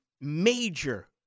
major